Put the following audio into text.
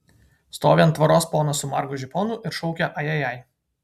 stovi ant tvoros ponas su margu žiponu ir šaukia ajajai